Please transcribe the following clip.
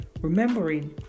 remembering